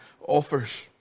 offers